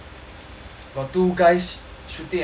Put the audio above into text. got two guys shooting at me